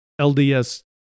LDS